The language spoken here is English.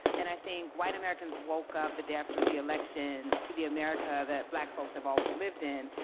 and i think white american's woke up the day after the election to the america that black folks have always lived in,